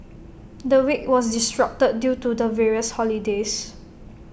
the week was disrupted due to the various holidays